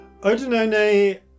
Odinone